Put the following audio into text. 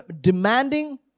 demanding